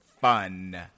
fun